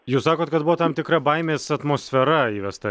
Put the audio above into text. jūs sakot kad buvo tam tikra baimės atmosfera įvesta